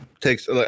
takes